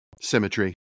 symmetry